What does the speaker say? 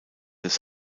des